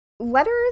Letters